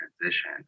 transition